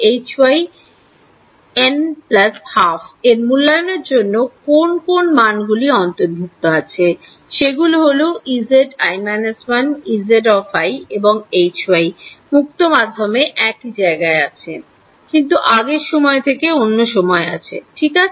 সুতরাং এর মূল্যায়নের জন্য কোন কোন মানগুলি অন্তর্ভুক্ত আছে সেগুলি হল Ezi − 1 Ez এবং Hy মুক্ত মাধ্যমে একই জায়গায় আছে কিন্তু আগের সময় থেকে অন্য সময় আছে ঠিক আছে